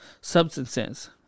Substances